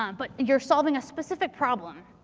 um but you're solving a specific problem.